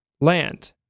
land